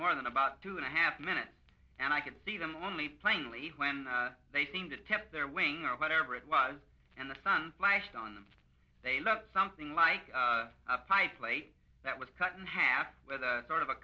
more than about two and a half minutes and i could see them only plainly when they seemed to tip their wing or whatever it was and the sun flashed on them they looked something like a pie plate that was cut in half with a sort of a